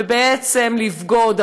ובעצם לבגוד,